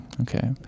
Okay